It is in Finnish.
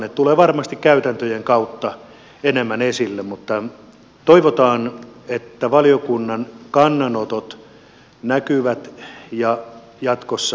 se tulee varmasti käytäntöjen kautta enemmän esille mutta toivotaan että valiokunnan kannanotot näkyvät ja jatkossa toimivat